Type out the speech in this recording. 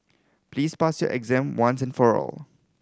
please pass your exam once and for all